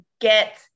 get